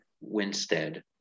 Winstead